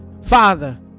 father